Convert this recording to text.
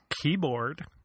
keyboard